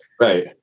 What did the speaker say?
Right